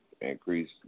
increase